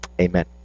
Amen